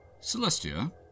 Celestia